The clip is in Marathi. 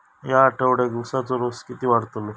या आठवड्याक उसाचो रेट किती वाढतलो?